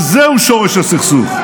וזהו שורש הסכסוך.